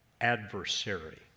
adversary